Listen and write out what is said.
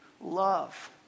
love